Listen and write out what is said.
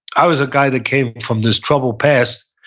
i was a guy that came from this troubled past.